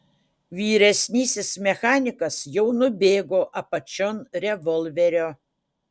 vyresnysis mechanikas jau nubėgo apačion revolverio